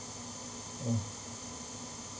ya